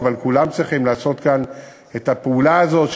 אבל כולם צריכים לעשות כאן את הפעולה הזאת,